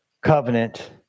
covenant